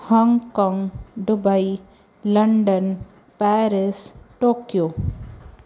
Hong Kong Dubai London Paris Tokyo